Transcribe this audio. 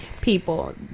people